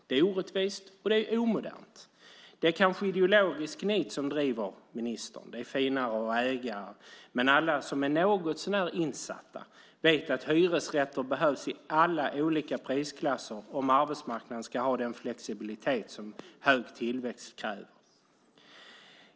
Det är orättvist, och det är omodernt. Det kanske är ideologisk nit som driver ministern. Det är finare att äga. Men alla som är något så när insatta vet att hyresrätter behövs i alla olika prisklasser om arbetsmarknaden ska ha den flexibilitet som hög tillväxt kräver.